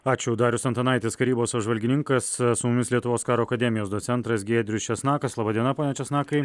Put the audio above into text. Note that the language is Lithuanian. ačiū darius antanaitis karybos apžvalgininkas sūnus lietuvos karo akademijos docentas giedrius česnakas laba diena pone česnakai